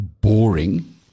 boring